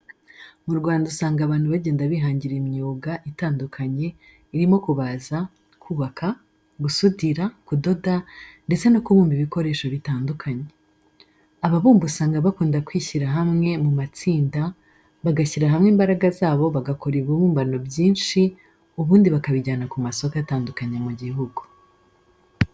Mu Rwanda usanga abantu bagenda bihangira imyuga itandukanye, irimo kubaza, kubaka, gusudira, kudoda, ndetse no kubumba ibikoresho bitandukanye. Ababumba usanga bakunda kwishyura hamwe muma tsinda, bagashyira hamwe imbaraga zabo bagakora ibibumbano nyinshi, ubundi bakabijyana kuma soko atandukanye mu gihugu.